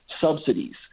subsidies